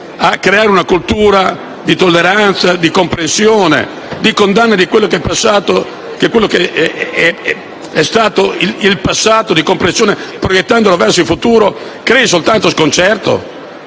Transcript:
a creare una cultura di tolleranza, di comprensione, di condanna di quello che è stato il passato, proiettandolo verso il futuro, creano soltanto sconcerto?